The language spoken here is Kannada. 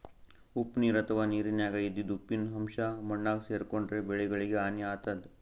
ಉಪ್ಪ್ ನೀರ್ ಅಥವಾ ನೀರಿನ್ಯಾಗ ಇದ್ದಿದ್ ಉಪ್ಪಿನ್ ಅಂಶಾ ಮಣ್ಣಾಗ್ ಸೇರ್ಕೊಂಡ್ರ್ ಬೆಳಿಗಳಿಗ್ ಹಾನಿ ಆತದ್